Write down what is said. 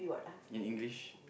in english